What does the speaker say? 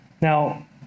Now